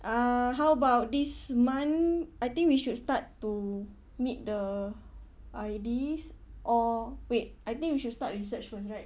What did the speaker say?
uh how about this month I think we should start to meet the I_D or wait I think we should start research first right